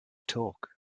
talk